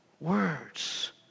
Words